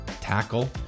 tackle